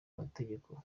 mategeko